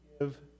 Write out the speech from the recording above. give